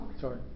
sorry